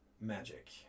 magic